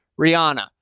Rihanna